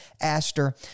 aster